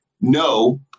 no